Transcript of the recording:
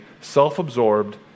self-absorbed